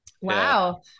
Wow